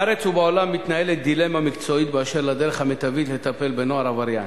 בארץ ובעולם מתנהלת דילמה מקצועית באשר לדרך המיטבית לטפל בנוער עבריין.